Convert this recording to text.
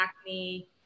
acne